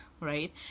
right